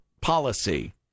policy